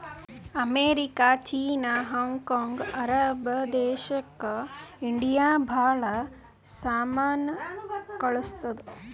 America, ಚೀನಾ, Hong Kong, Arab ದೇಶಕ್ India ಭಾಳ ಸಾಮಾನ್ ಕಳ್ಸುತ್ತುದ್